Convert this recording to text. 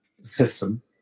system